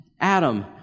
Adam